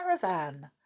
caravan